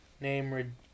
Name